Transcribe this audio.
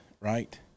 right